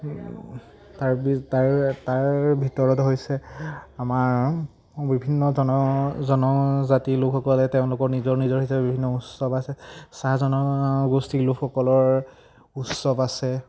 তাৰ তাৰ তাৰ ভিতৰত হৈছে আমাৰ বিভিন্ন জনজাতিৰ লোকসকলে তেওঁলোকৰ নিজৰ নিজৰ হিচাপে বিভিন্ন উৎসৱ আছে চাহ জনগোষ্ঠীৰ লোকসকলৰ উৎসৱ আছে